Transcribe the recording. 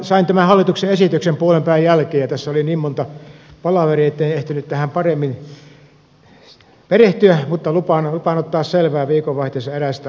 sain tämän hallituksen esityksen puolenpäivän jälkeen ja tässä oli niin monta palaveria että en ehtinyt tähän paremmin perehtyä mutta lupaan ottaa viikonvaihteessa selvää eräistä asioista